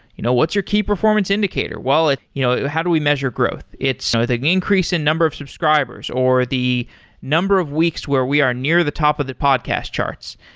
you know what's your key performance indicator? well, you know how do we measure growth? it's so the increase in number of subscribers, or the number of weeks where we are near the top of the podcast charts,